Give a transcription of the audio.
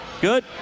Good